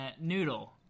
Noodle